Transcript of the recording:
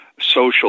social